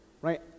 right